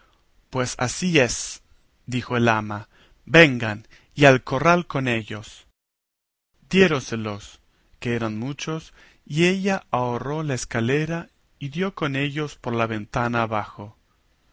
pues así es dijo el ama vengan y al corral con ellos diéronselos que eran muchos y ella ahorró la escalera y dio con ellos por la ventana abajo